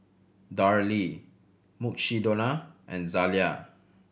Darlie Mukshidonna and Zalia